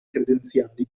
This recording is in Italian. credenziali